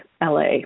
LA